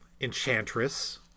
Enchantress